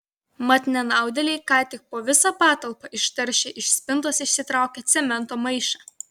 mat nenaudėliai ką tik po visą patalpą ištaršė iš spintos išsitraukę cemento maišą